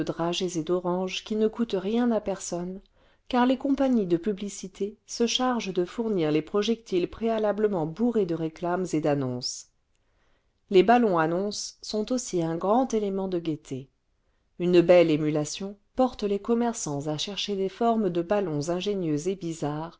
d'oranges qui ne coûtent rien à personne car les compagnies de publicité se chargent de fournir les projectiles préalablement bourrés de réclames et d'annonces les ballons annonces sont aussi un grand élément de gaieté une belle émulation porte les commerçants à chercher des formes de ballons ingénieuses et bizarres